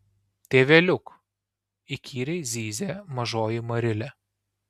tėveliuk įkyriai zyzė mažoji marilė